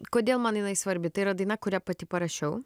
kodėl man jinai svarbi tai yra daina kurią pati parašiau